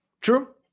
True